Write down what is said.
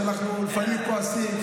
כשאנחנו לפעמים כועסים,